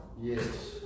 Yes